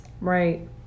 Right